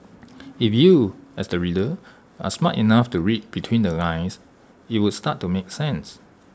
if you as the reader are smart enough to read between the lines IT would start to make sense